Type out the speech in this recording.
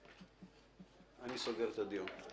אני סוגר את הדיון.